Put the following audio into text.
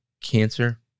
cancer